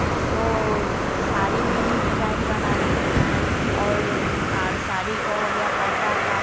तो साड़ी में भी डिजाईन बनाते हैं और साड़ी का हो गया पर्दा का